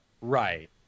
Right